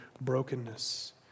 brokenness